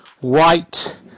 white